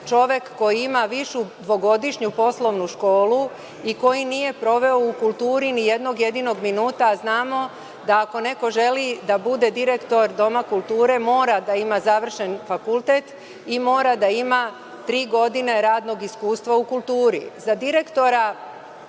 čovek koji ima višu dvogodišnju poslovnu školu i koji nije proveo u kulturi ni jednog jedinog minuta, a znamo da ako neko želi da bude direktor doma kulture mora da ima završen fakultet i mora da ima završen fakultet i mora da ima tri godine radnog iskustva u kulturi.Za direktora